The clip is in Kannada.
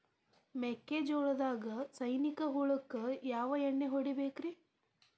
ಮೆಕ್ಕಿಜೋಳದಾಗ ಸೈನಿಕ ಹುಳಕ್ಕ ಯಾವ ಎಣ್ಣಿ ಹೊಡಿಬೇಕ್ರೇ?